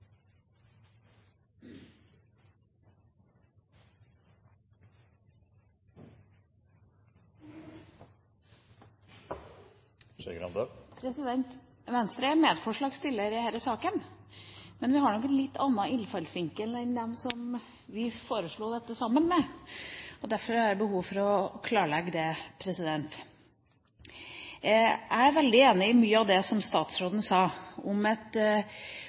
Venstre er medforslagsstiller i denne saken, men vi har nok en litt annen innfallsvinkel enn de vi foreslo dette sammen med. Derfor har jeg behov for å klarlegge det. Jeg er veldig enig i mye av det som statsråden sa om det Maktutredningen viste, nemlig at